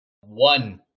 One